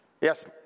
Yes